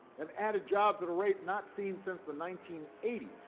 have added jobs at a rate not seen since the nineteen eighty